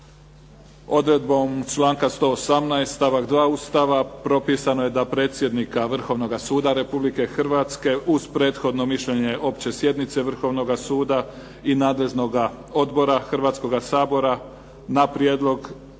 Odredbom članka 118. stavak 2. Ustava propisano je da predsjednika Vrhovnog suda Republike Hrvatske uz prethodno mišljenje opće sjednice Vrhovnoga suda i nadležnoga odbora Hrvatskoga sabora na prijedlog